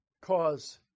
cause